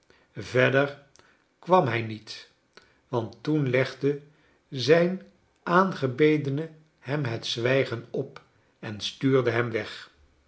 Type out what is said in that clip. verder kwam hij niet want toen legde zijn aangebedene hem het zwijgen op en stuurde hem weg